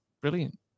brilliant